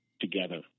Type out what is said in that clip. together